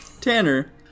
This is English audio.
tanner